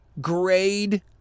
grade